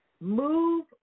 Move